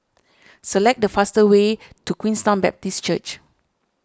select the fastest way to Queenstown Baptist Church